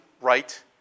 right